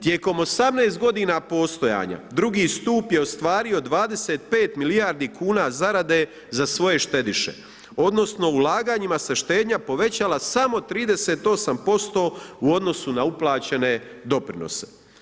Tijekom 18 g. postojanja, II. stup je ostvario 25 milijardi kuna zarade za svoje štediše odnosno ulaganjima se štednja povećala samo 38% u odnosu na uplaćene doprinose.